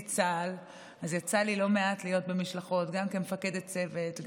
צה"ל יצא לי להיות במשלחות לא מעט גם כמפקדת צוות,